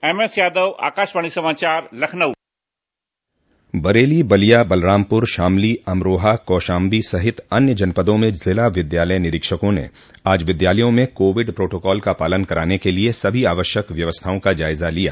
MS Yadav Akashvani समाचार लखनऊ बरेली बलिया बलरामपुर शामली अमरोहा कौशाम्बी सहित अन्य जनपदों में जिला विद्यालय निरीक्षकों ने आज विद्यालयों में कोविड प्रोटोकाल का पालन कराने के लिये सभी आवश्यक व्यवस्थाओं का जायजा लिया